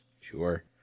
Sure